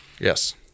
Yes